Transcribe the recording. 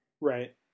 right